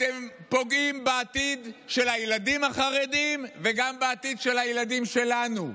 אתם פוגעים בעתיד של הילדים החרדים וגם בעתיד של הילדים שלנו?